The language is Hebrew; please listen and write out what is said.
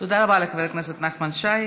תודה רבה לחבר הכנסת נחמן שי.